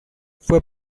fue